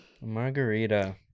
Margarita